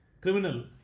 Criminal